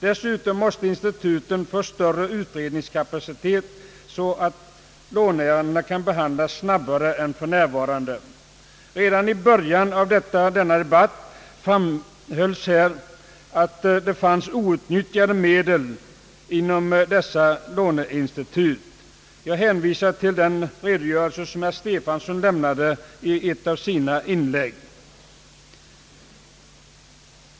Dessutom måste instituten få större utredningskapacitet så att låneärendena kan behandlas snabbare än för närvarande. Redan i början av debatten framfördes påståendet att outnyttjade medel fanns tillgängliga inom dessa institut. Jag vill hänvisa till den redogörelse som herr Stefanson lämnade i ett av sina inlägg.